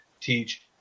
teach